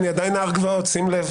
אני עדיין נער גבעות, שים לב.